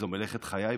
זו מלאכת חיי,